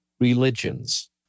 religions